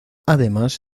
además